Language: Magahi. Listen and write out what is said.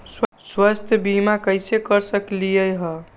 स्वाथ्य बीमा कैसे करा सकीले है?